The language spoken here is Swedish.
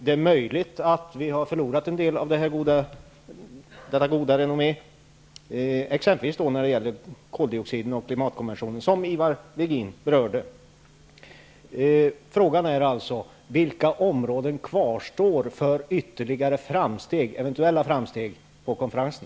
Det är möjligt att vi nu har förlorat en del av detta goda renommé, exempelvis i fråga om koldioxiden och klimatkonventionen, som Ivar Virgin berörde. Min fråga är alltså: Vilka områden kvarstår för ytterligare eventuella framsteg på konferensen?